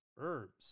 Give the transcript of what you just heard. Herbs